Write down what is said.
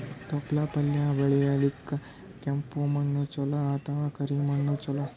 ತೊಪ್ಲಪಲ್ಯ ಬೆಳೆಯಲಿಕ ಕೆಂಪು ಮಣ್ಣು ಚಲೋ ಅಥವ ಕರಿ ಮಣ್ಣು ಚಲೋ?